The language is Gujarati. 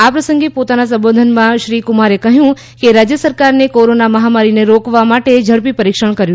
આ પ્રસંગે પોતાના સંબોધનમાં શ્રી કુમારે કહ્યું કે રાજ્ય સરકારને કોરોના મહામારીને રોકવા માટે ઝડપી પરિક્ષણ કર્યું છે